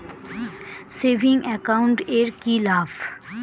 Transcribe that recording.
Savings account এর কি লাভ?